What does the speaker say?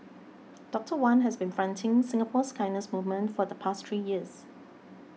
Doctor Wan has been fronting Singapore's kindness movement for the past three years